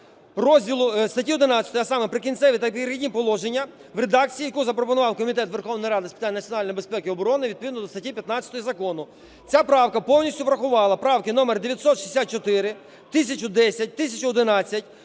статті 11, а саме "Прикінцеві та перехідні положення", в редакції, яку запропонував Комітет Верховної Ради з питань національної безпеки і оборони відповідно до статті 15 закону. Ця правка повністю врахувала правки номер: 964, 1010, 1011,